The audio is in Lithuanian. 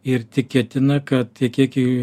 ir tikėtina kad tie kiekiai